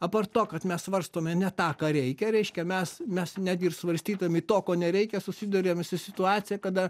apart to kad mes svarstome ne tą ką reikia reiškia mes mes netgi ir svarstydami to ko nereikia susiduriam su situacija kada